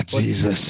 Jesus